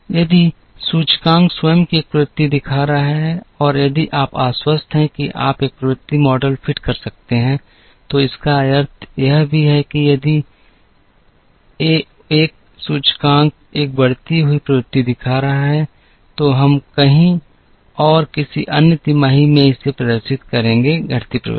यदि सूचकांक स्वयं एक प्रवृत्ति दिखा रहा है और यदि आप आश्वस्त हैं कि आप एक प्रवृत्ति मॉडल फिट कर सकते हैं तो इसका अर्थ यह भी है कि यदि 1 सूचकांक एक बढ़ती हुई प्रवृत्ति दिखा रहा है तो हम कहीं और किसी अन्य तिमाही में इसे प्रदर्शित करेंगे घटती प्रवृत्ति